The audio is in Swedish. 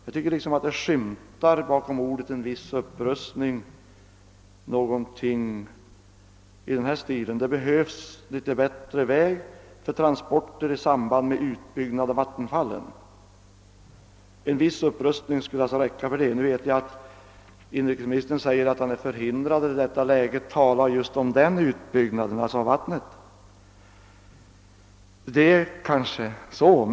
Jag tycker att det bakom orden >»en viss upprustning» skymtar någonting i den här stilen: det behövs en bättre väg för transporter i samband med utbyggnad av vattenfall! En viss upprustning skulle alltså räcka härför. Nu säger inrikesministern att han i detta läge är förhindrad att tala om utbyggnaden av vattenfallen. Det är kanske riktigt.